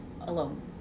alone